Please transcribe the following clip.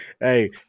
Hey